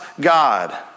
God